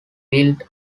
build